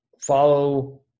Follow